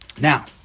Now